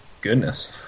goodness